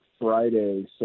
Friday